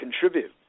contribute